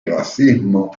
racismo